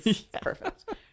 Perfect